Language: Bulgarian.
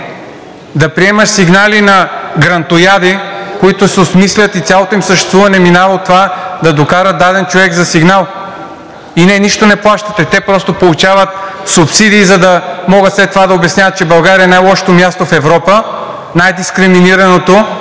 да приемаш сигнали на грантояди, които се осмислят и цялото им съществуване минава от това да докара даден човек за сигнал. Не, нищо не плащате. Те просто получават субсидии, за да могат след това да обясняват, че България е най-лошото място в Европа, най-дискриминираното